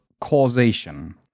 causation